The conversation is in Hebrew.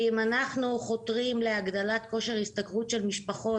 כי אם אנחנו חותרים להגדלת כושר השתכרות של משפחות